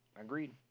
agreed